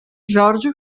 george